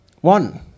One